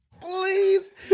please